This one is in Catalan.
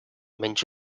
menys